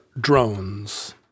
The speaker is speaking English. drones